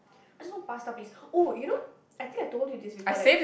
I just want pasta please oh you know I think I told you this before like